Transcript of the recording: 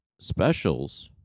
specials